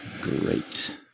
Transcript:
Great